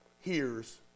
hears